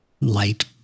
Light